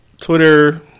Twitter